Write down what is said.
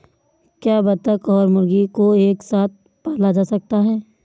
क्या बत्तख और मुर्गी को एक साथ पाला जा सकता है?